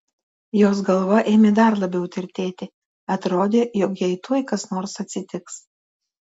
jos galva ėmė dar labiau tirtėti atrodė jog jai tuoj kas nors atsitiks